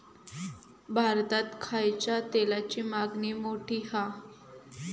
भारतात खायच्या तेलाची मागणी मोठी हा